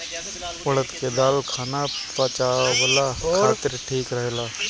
उड़द के दाल खाना पचावला खातिर ठीक रहेला